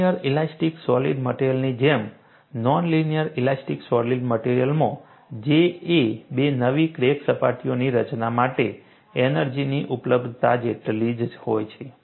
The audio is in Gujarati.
લિનિયર ઇલાસ્ટિક સોલિડ મટેરીઅલની જેમ નોન લિનિયર ઇલાસ્ટિક સોલિડ મટેરીઅલમાં J એ બે નવી ક્રેક સપાટીઓની રચના માટે એનર્જીની ઉપલબ્ધતા જેટલી જ હોય છે